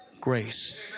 grace